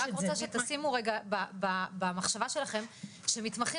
כן אבל אני רק רוצה שתשימו רגע במחשבה שלכם שמתמחים